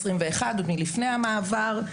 עוד מלפני המעבר,